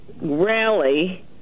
rally